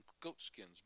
goatskins